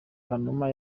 kanuma